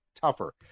tougher